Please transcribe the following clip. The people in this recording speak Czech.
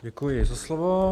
Děkuji za slovo.